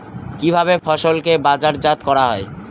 কিভাবে ফসলকে বাজারজাত করা হয়?